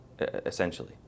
essentially